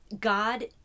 God